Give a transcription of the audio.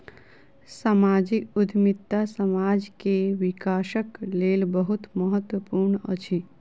सामाजिक उद्यमिता समाज के विकासक लेल बहुत महत्वपूर्ण अछि